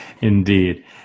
Indeed